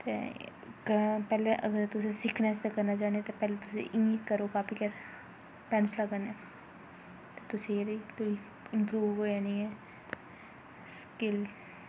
ते पैह्लें अगर तुस सिक्खनै आस्तै करना चाह्ने तां पैह्ले तुस इ'यां करो कापी पर पैंसला कन्नै तुसें जेह्ड़ी इंप्रूव होई जानी ऐ स्किल